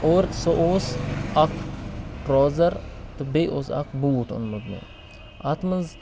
کوٚر سُہ اوس اکھ ٹروزر تہٕ بیٚیہِ اوس اکھ بوٗٹ اوٚنمُت مےٚ اَتھ منٛز